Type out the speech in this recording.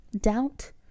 Doubt